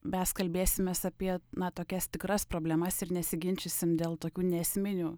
mes kalbėsimės apie na tokias tikras problemas ir nesiginčysim dėl tokių neesminių